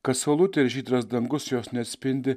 kad saulutė ir žydras dangus jos neatspindi